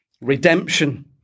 Redemption